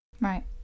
right